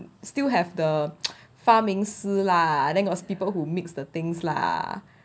still have the 发明士 lah then got people who mix the things lah